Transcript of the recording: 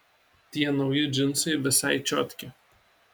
tie nauji džinsai visai čiotki